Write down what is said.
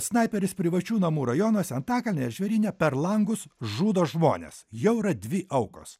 snaiperis privačių namų rajonuose antakalnyje žvėryne per langus žudo žmones jau yra dvi aukos